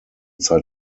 zeit